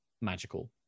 magical